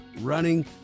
running